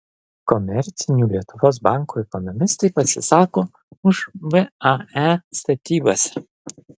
komercinių lietuvos bankų ekonomistai pasisako už vae statybas